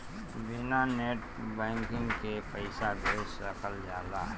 बिना net banking के पईसा भेज सकल जाला?